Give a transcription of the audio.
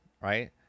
Right